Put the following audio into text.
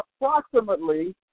approximately